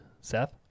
seth